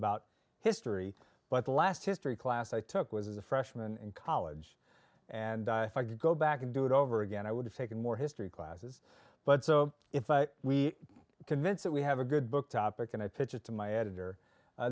about history but the last history class i took was a freshman in college and if i could go back and do it over again i would have taken more history classes but so if we convince that we have a good book topic and i pitch it to my editor